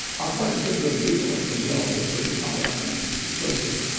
our partnership with the people in brazil, with jorge paolo lemann and his associates,